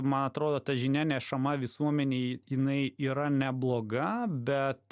man atrodo ta žinia nešama visuomenei jinai yra nebloga bet